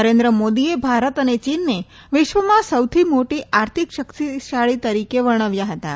નરેન્દ્ર મોદીએ ભારત અને ચીનને વિશ્વમાં સૌથી મોટી આર્થિક શક્તિશાળી તરીકે ગણાવ્યા હતાં